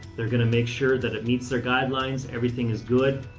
they're going to make sure that it meets their guidelines, everything is good,